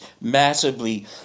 massively